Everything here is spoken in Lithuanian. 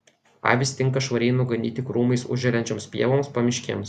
avys tinka švariai nuganyti krūmais užželiančioms pievoms pamiškėms